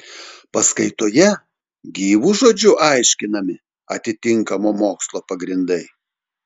paskaitoje gyvu žodžiu aiškinami atitinkamo mokslo pagrindai